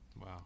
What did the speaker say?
Wow